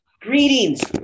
Greetings